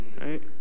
right